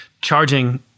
charging